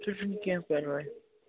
سُہ چھُ نہٕ کینٛہہ پرواے